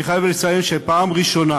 אני חייב לציין שפעם ראשונה